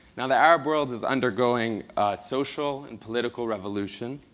now, the arab world is undergoing social and political revolution,